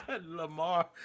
Lamar